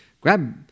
Grab